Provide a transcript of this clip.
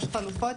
יש חלופות,